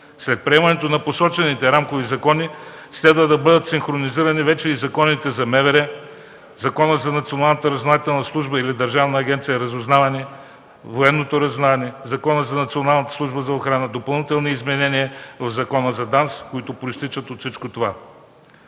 След приемането на посочените рамкови закони следва да бъдат синхронизирани вече и Законът за МВР, Законът за Националната разузнавателна служба или Държавна агенция „Разузнаване”, Военното разузнаване, Законът за националната служба за охрана, допълнителни изменения в Закона за ДАНС, които произтичат от всичко това.